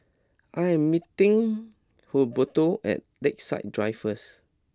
I am meeting Humberto at Lakeside Drive first